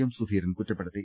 M Sudheeran കുറ്റപ്പെടുത്തി